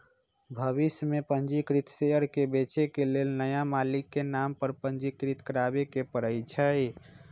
भविष में पंजीकृत शेयर के बेचे के लेल नया मालिक के नाम पर पंजीकृत करबाबेके परै छै